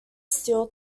steel